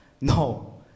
No